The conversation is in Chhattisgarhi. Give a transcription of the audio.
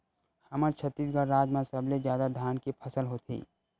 हमर छत्तीसगढ़ राज म सबले जादा धान के फसल होथे